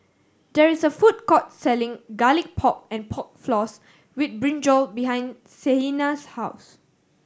there is a food court selling Garlic Pork and Pork Floss with brinjal behind Sienna's house